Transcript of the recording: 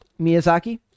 Miyazaki